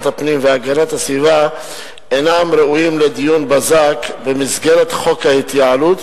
הפנים והגנת הסביבה אינם ראויים לדיון בזק במסגרת חוק ההתייעלות,